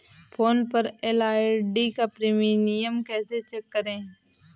Phone पर LIC का premium कैसे चेक करें?